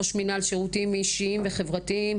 ראש מינהל שירותים אישיים וחברתיים,